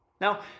Now